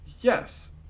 yes